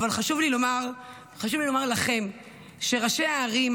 אבל חשוב לי לומר לכם שראשי הערים,